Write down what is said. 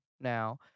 now